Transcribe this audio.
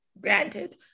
granted